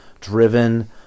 driven